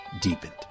deepened